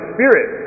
Spirit